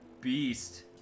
Beast